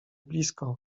blisko